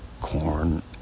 Corn